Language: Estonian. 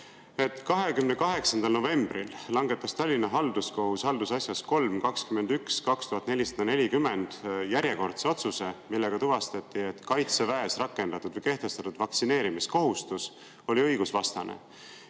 28. novembril langetas Tallinna Halduskohus haldusasjas 3-21-2440 järjekordse otsuse, millega tuvastati, et Kaitseväes rakendatud või kehtestatud vaktsineerimiskohustus oli õigusvastane.